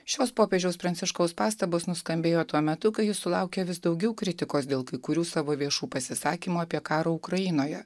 šios popiežiaus pranciškaus pastabos nuskambėjo tuo metu kai jis sulaukia vis daugiau kritikos dėl kai kurių savo viešų pasisakymų apie karą ukrainoje